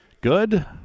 good